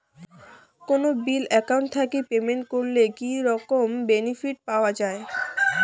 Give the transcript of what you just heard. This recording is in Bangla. কোনো বিল একাউন্ট থাকি পেমেন্ট করলে কি রকম বেনিফিট পাওয়া য়ায়?